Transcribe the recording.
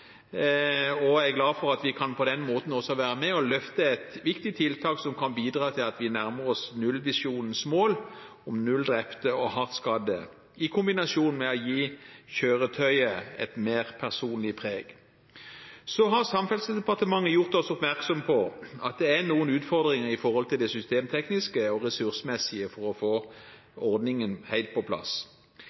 forslaget. Jeg er glad for at vi på den måten også kan være med og løfte et viktig tiltak, som kan bidra til at vi nærmer oss nullvisjonens mål om null drepte og hardt skadde, i kombinasjon med å gi kjøretøyet et mer personlig preg. Så har Samferdselsdepartementet gjort oss oppmerksom på at det er noen utfordringer når det gjelder det systemtekniske og ressursmessige for å få ordningen helt på plass.